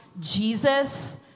Jesus